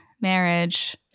marriage